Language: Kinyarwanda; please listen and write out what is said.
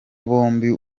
bombi